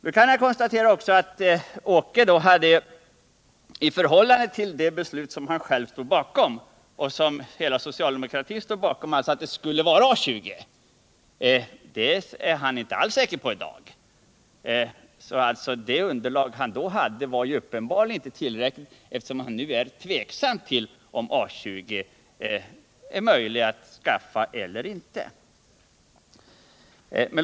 Nu kan jag också konstatera att Åke Gustavsson i dag inte alls var säker på att det beslut är riktigt som han själv och socialdemokratin pläderade för i fjol, nämligen beslutet om A 20. Det underlag han då hade var uppenbarligen inte tillräckligt, eftersom han nu är tveksam till om det är möjligt att skaffa A 20.